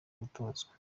gutozwa